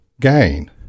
gain